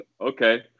Okay